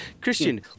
Christian